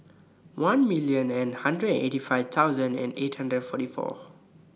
one million and hundred eighty five thousand and eight hundred forty four